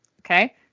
Okay